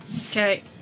Okay